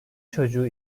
çocuğu